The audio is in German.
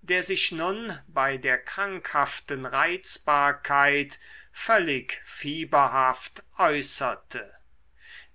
der sich nun bei der krankhaften reizbarkeit völlig fieberhaft äußerte